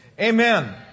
Amen